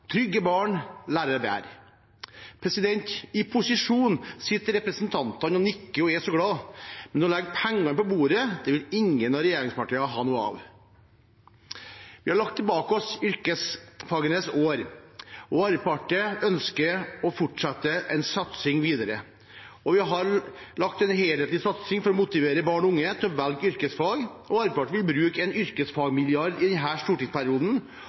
Trygge barn lærer bedre. I posisjonen sitter representantene og nikker og er så glad, men å legge penger på bordet, det vil ingen av regjeringspartiene ha noe av. Vi har lagt bak oss yrkesfagenes år, og Arbeiderpartiet ønsker å fortsette en satsing videre. Vi har en helhetlig satsing for å motivere barn og unge til å velge yrkesfag, Arbeiderpartiet vil bruke en yrkesfagmilliard i denne stortingsperioden.